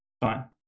fine